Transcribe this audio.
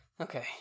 Okay